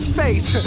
face